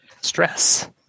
Stress